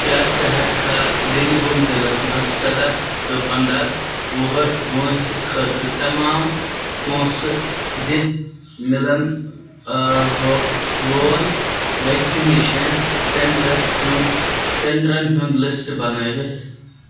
کیٛاہ ژٕ ہیٚککھا ڈِنٛڈیٖگُل ضلعس مَنٛز سۄداہ ٹُہ پَنٛداہ وُہُر وٲنٛسہِ خٲطرٕ تمام پونٛسہٕ دِتھ ملن وول ویکسِنیشن سینٹرس سینٹرَن ہُنٛد لسٹ بنٲوِتھ